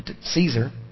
Caesar